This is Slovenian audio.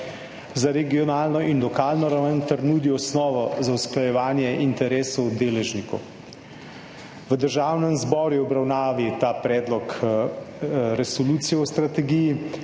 za regionalno in lokalno raven ter nudi osnovo za usklajevanje interesov deležnikov. V Državnem zboru je v obravnavi ta predlog resolucije o strategiji